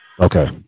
okay